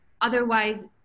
otherwise